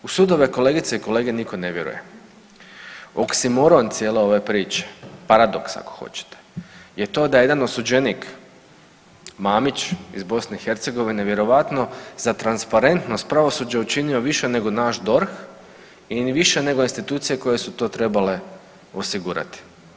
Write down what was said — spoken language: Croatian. U sudove kolegice i kolege niko ne vjeruje, oksimoron cijele ove priče paradoks ako hoćete je to da jedan osuđenik Mamić iz BiH vjerojatno za transparentnost pravosuđa je učinio više nego naš DORH i više nego institucije koje su to trebale osigurati.